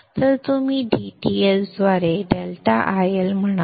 तर तुम्ही dTs द्वारे ∆IL म्हणाल